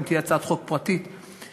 אם תהיה הצעת חוק פרטית לתיקון,